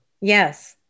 Yes